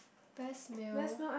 best meal